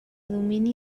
domini